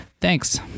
Thanks